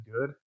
good